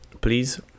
please